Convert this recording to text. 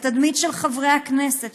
לתדמית של חברי הכנסת,